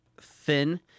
thin